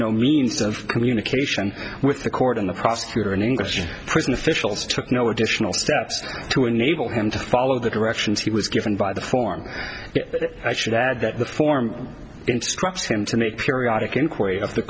no means of communication with the court and the prosecutor in english prison officials took no additional steps to enable him to follow the directions he was given by the form i should add that the form instructs him to make periodic inquiry of the